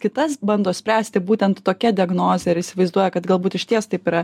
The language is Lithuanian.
kitas bando spręsti būtent tokia diagnoze ir įsivaizduoja kad galbūt išties taip yra